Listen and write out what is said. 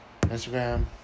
Instagram